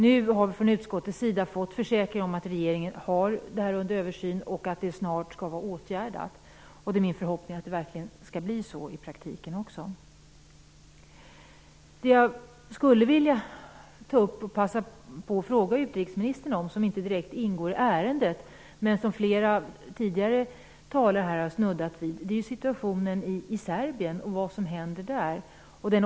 Nu har vi i utskottet fått försäkringar om att regeringen har frågan under översyn och att det snart skall vara åtgärdat. Det är min förhoppning att det också skall bli så i praktiken. Jag skulle vilja passa på att fråga utrikesministern om något som inte direkt ingår i ärendet men som flera talare har snuddat vid. Det gäller situationen i Serbien och det som händer där.